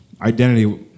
identity